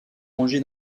rangé